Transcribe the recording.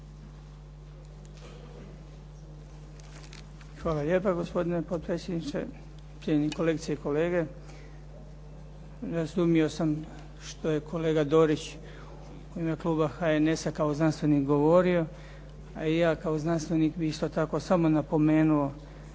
Hvala lijepa gospodine potpredsjedniče, cijenjeni kolegice i kolege. Razumio sam što je kolega Dorić u ime kluba HNS-a kao znanstvenik govorio a i ja kao znanstvenik bih isto tako samo napomenuo